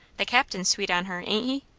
the captain's sweet on her, ain't he?